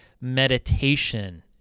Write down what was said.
meditation